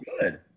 good